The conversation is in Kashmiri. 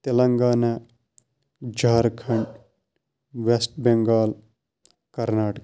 تلنگانہ جھارکھنڈ ویسٹ بینگال کرناٹکا